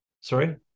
sorry